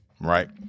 Right